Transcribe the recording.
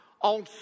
on